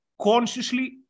Consciously